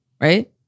right